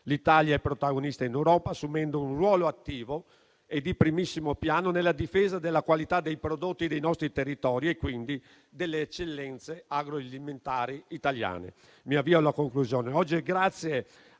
L'Italia è protagonista in Europa, assumendo un ruolo attivo e di primissimo piano nella difesa della qualità dei prodotti dei nostri territori e quindi delle eccellenze agroalimentari italiane. Oggi è grazie all'azione